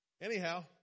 Anyhow